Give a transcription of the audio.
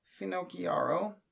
Finocchiaro